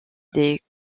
des